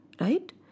right